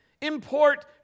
Import